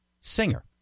singer